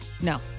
No